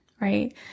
right